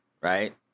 right